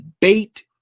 bait